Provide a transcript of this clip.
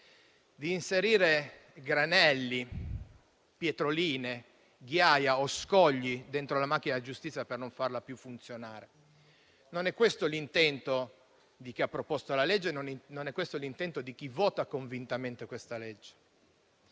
di inserire granelli, pietroline, ghiaia o scogli nella macchina giustizia per non farla più funzionare. Non è questo l'intento di chi ha proposto il disegno di legge e non è questo l'intento di chi vota convintamente a favore.